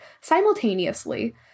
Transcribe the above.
simultaneously